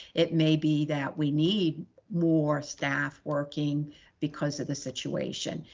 it may be that we need more staff working because of the situation.